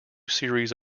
series